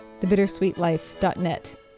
thebittersweetlife.net